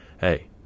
hey